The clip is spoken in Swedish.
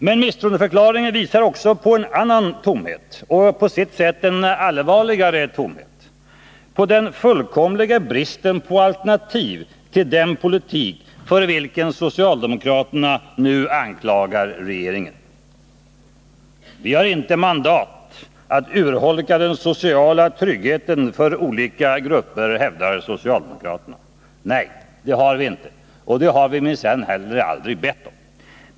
Men misstroendeförklaringen visar också på en annan tomhet — på sitt sätt en allvarligare tomhet — nämligen den fullkomliga bristen på alternativ till den politik för vilken socialdemokraterna nu anklagar regeringen. Vi har inte mandat att urholka den sociala tryggheten för olika grupper, hävdar socialdemokraterna. Nej, och det har vi minsann heller aldrig bett om.